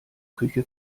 küche